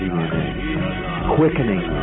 Quickening